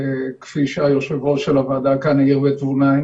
כפי היושב-ראש של הוועדה העיר בתבונה.